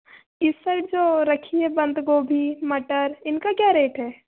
इस साइड जो रखी है बंद गोभी मटर इनका क्या रेट है